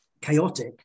chaotic